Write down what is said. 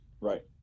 right